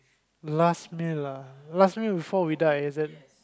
last meal lah last meal before we die is it